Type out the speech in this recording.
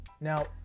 Now